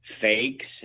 fakes